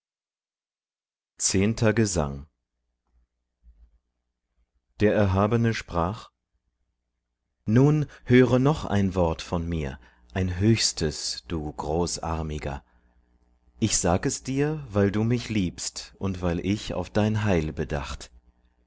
zehnter gesang der erhabene sprach nun höre noch ein wort von mir ein höchstes du großarmiger ich sag es dir weil du mich liebst und weil ich auf dein heil bedacht